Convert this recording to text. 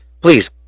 please